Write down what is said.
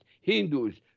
Hindus